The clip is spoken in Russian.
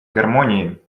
гармонии